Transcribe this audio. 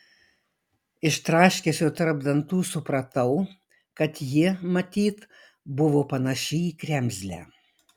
iš traškesio tarp dantų supratau kad ji matyt buvo panaši į kremzlę